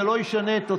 זה לא ישנה את תוצאות,